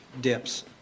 dips